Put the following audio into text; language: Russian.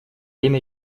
имя